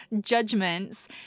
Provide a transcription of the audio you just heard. judgments